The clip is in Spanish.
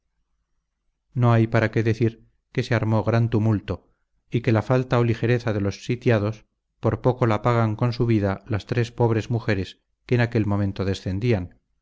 no hay para qué decir que se armó gran tumulto y que la falta o ligereza de los sitiados por poco la pagan con su vida las tres pobres mujeres que en aquel momento descendían